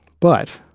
but